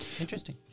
interesting